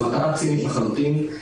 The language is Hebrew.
זו מטרה צינית לחלוטין.